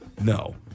No